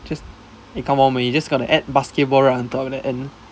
just eh come on man you just gotta add basketball right on top at the end